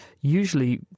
usually